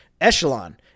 echelon